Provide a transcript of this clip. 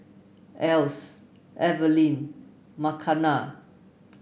Else Evelyn Makena